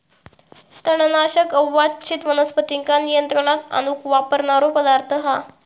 तणनाशक अवांच्छित वनस्पतींका नियंत्रणात आणूक वापरणारो पदार्थ हा